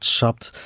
Shopped